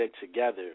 together